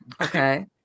okay